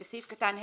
(2)בסעיף קטן (ה),